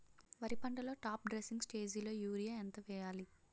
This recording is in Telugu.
వరి పంటలో టాప్ డ్రెస్సింగ్ స్టేజిలో యూరియా ఎంత వెయ్యాలి?